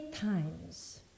times